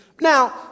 Now